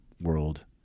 world